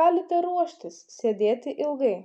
galite ruoštis sėdėti ilgai